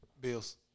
Bills